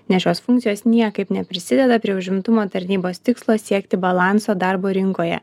nes šios funkcijos niekaip neprisideda prie užimtumo tarnybos tikslo siekti balanso darbo rinkoje